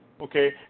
Okay